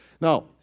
Now